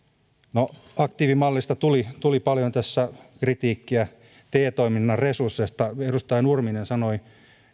no aktiivimallista tuli tuli paljon tässä kritiikkiä te toiminnan resursseista edustaja nurminen sanoi